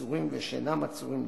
עצורים ושאינם עצורים,